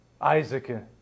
Isaac